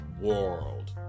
world